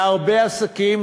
והרבה עסקים,